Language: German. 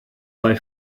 bei